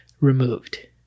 removed